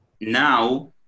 now